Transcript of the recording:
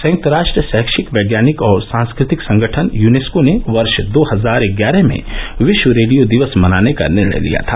संयुक्त राष्ट्र शैक्षिक वैज्ञानिक और सांस्कृतिक संगठन यूनेस्को ने वर्ष दो हजार ग्यारह में विश्व रेडियो दिवस मनाने का निर्णय लिया था